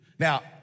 Now